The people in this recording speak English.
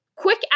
quick